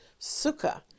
sukkah